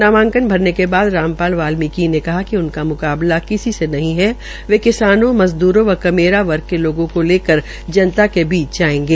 नामांकन भरने के बाद रामपाल बाल्मीकि ने कहा कि उनका म्काबला किसी से नहीं है वे किसानों मज़दूरों व कमेरा वर्ग के लोगों को लेकर जनता के बीच जायेंगे